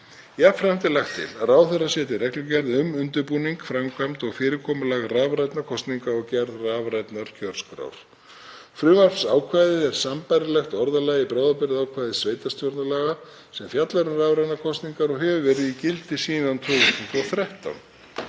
Jafnframt er lagt til að ráðherra setji reglugerð um undirbúning, framkvæmd og fyrirkomulag rafrænna kosninga og gerð rafrænnar kjörskrár. Frumvarpsákvæðið er sambærilegt orðalagi í bráðabirgðaákvæði sveitarstjórnarlaga sem fjallar um rafrænar kosningar og hefur verið í gildi síðan 2013.